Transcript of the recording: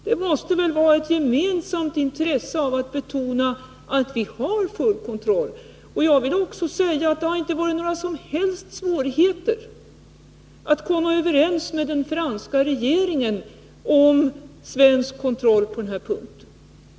Det måste väl vara ett gemensamt intresse att betona att vi har full kontroll. Jag vill också säga att det inte har varit några som helst svårigheter att komma överens med den franska regeringen om svensk kontroll på den här punkten.